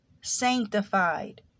sanctified